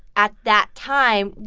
at that time,